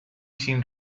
sin